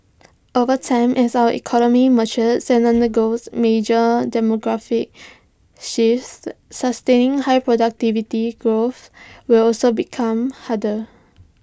over time as our economy matures and undergoes major demographic shifts sustaining high productivity growth will also become harder